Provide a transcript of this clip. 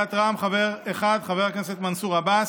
סיעת רע"מ, חבר אחד, חבר הכנסת מנסור עבאס.